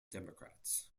democrats